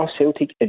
Celtic